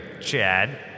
Chad